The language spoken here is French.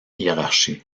hiérarchie